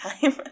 time